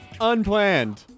unplanned